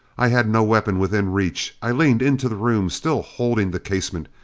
i had no weapon within reach. i leaned into the room, still holding the casement,